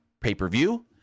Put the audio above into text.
pay-per-view